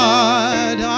God